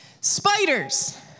Spiders